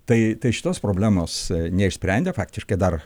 tai šitos problemos neišsprendė faktiškai dar